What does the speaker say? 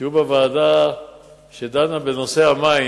חבר בוועדה שדנה בנושא המים,